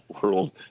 world